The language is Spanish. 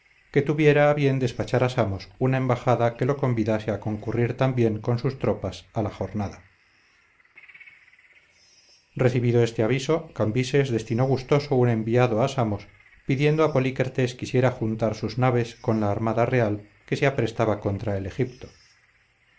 que tuviera a bien despachar a samos una embajada que lo convidase a concurrir también con sus tropas a la jornada recibido este aviso cambises destinó gustoso un enviado a samos pidiendo a polícrates quisiera juntar sus naves con la armada real que se aprestaba contra el egipto